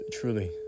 truly